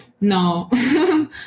No